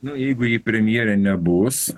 nu jeigu ji premjere nebus